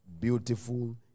beautiful